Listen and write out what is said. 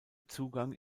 zugang